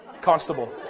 Constable